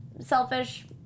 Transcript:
selfish